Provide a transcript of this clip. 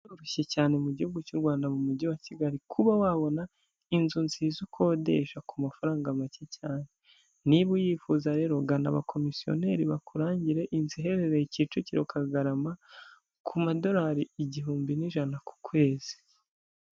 Biroroshye cyane mu gihugu cy'u Rwanda, mu mujyi wa Kigali kuba wabona inzu nziza ukodesha ku mafaranga make cyane. Niba uyifuza rero ugana abakomisiyoneri bakurangire inzu iherereye Kicukiro Kagarama, ku madorari igihumbi n'ijana ku kwezi.